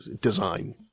design